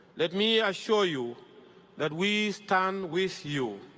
let me assure you that we stand with you,